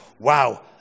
wow